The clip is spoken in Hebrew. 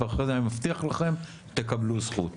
ואחרי זה אני מבטיח לכם תקבלו זכות.